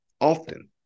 often